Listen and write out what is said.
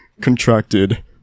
contracted